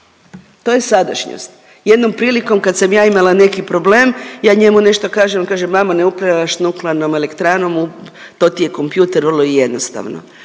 To je sadašnjost. Jednom prilikom kad sam ja imala neki problem, ja njemu nešto kažem, on kaže mama ne upravljaš nuklearnom elektranom, to ti je kompjuter vrlo je jednostavno.